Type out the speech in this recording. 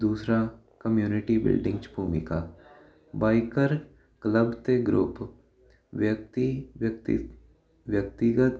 ਦੂਸਰਾ community building 'ਚ ਭੂਮਿਕਾ ਬਾਈਕਰ ਕਲੱਬ ਅਤੇ ਗਰੁੱਪ ਵਿਅਕਤੀਗਤ